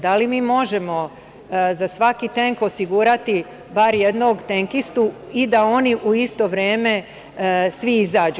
Da li mi možemo za svaki tenk osigurati bar jednog tenkistu i da oni u isto vreme svi izađu?